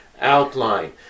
outline